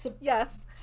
yes